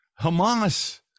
Hamas